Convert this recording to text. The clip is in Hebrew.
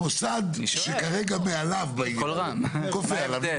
המוסד שכרגע מעליו בעניין קובע לה, נגמר